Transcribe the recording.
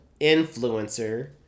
Influencer